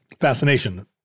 fascination